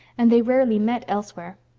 and they rarely met elsewhere.